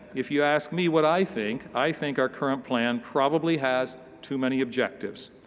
if you ask me what i think, i think our current plan probably has too many objectives.